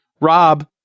Rob